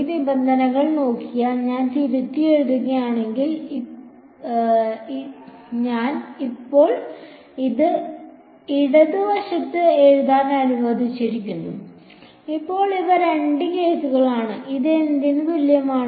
ഈ നിബന്ധനകൾ നോക്കിയാൽ ഞാൻ തിരുത്തിയെഴുതുകയാണെങ്കിൽ ഞാൻ ഇപ്പോൾ ഇടത് വശത്ത് എഴുതാൻ അനുവദിച്ചിരിക്കുന്നു അപ്പോൾ ഇവ രണ്ട് കേസുകളാണ് ഇത് എന്തിന് തുല്യമാണ്